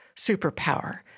superpower